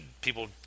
people